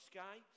Sky